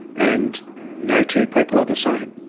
and no two people are the same.